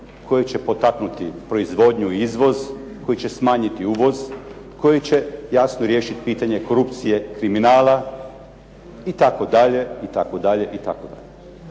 koji će potaknuti proizvodnju i izvoz, koji će smanjiti uvoz, koji će jasno riješit pitanje korupcije, kriminala itd.,